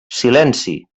silenci